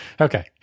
Okay